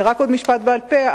ורק עוד משפט בעל-פה.